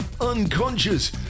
unconscious